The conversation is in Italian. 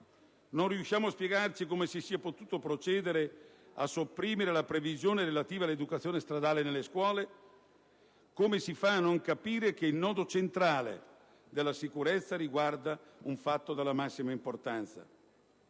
Non riusciamo a spiegarci come si sia potuto procedere a sopprimere la previsione relativa all'educazione stradale nelle scuole, come si fa a non capire che il nodo centrale della sicurezza riguarda un fatto della massima importanza.